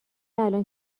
الان